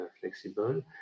flexible